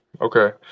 Okay